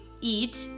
eat